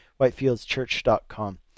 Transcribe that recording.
whitefieldschurch.com